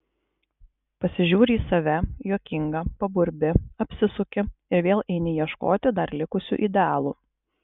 pasižiūri į save juokinga paburbi apsisuki ir vėl eini ieškoti dar likusių idealų